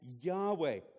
Yahweh